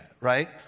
right